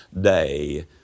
day